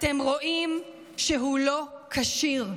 אתם רואים שהוא לא כשיר.